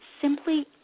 simply